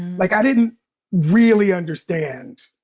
like i didn't really understand